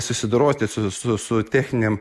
susidoroti su su su techninėm